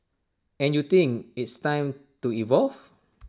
and you think it's time to evolve